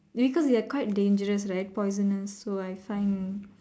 because they are quite dangerous right poisonous so I find